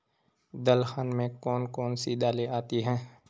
दलहन में कौन कौन सी दालें आती हैं?